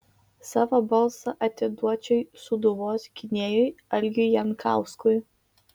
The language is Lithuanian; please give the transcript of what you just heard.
savo balsą atiduočiau sūduvos gynėjui algiui jankauskui